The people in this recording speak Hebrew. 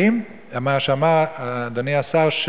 האם, אדוני השר,